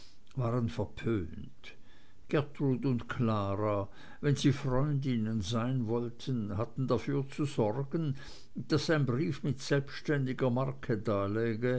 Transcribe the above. waren verpönt gertrud und klara wenn sie freundinnen sein wollten hatten dafür zu sorgen daß ein brief mit selbständiger marke daläge